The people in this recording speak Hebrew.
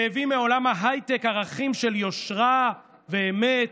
שהביא מעולם ההייטק ערכים של יושרה ואמת,